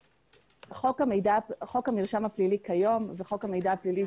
חוק המרשם הפלילי כיום וחוק המידע הפלילי